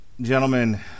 Gentlemen